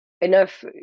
enough